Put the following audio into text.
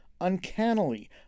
Uncannily